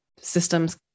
systems